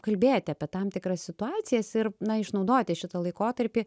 kalbėti apie tam tikras situacijas ir na išnaudoti šitą laikotarpį